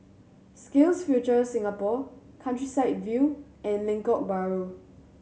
Skills Future Singapore Countryside View and Lengkok Bahru